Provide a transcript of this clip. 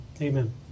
amen